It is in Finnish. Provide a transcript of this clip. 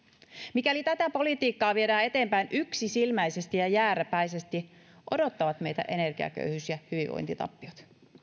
mikäli tätä politiikkaa viedään eteenpäin yksisilmäisesti ja jääräpäisesti odottavat meitä energiaköyhyys ja hyvinvointitappiot